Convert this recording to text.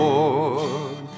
Lord